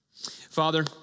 Father